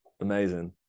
amazing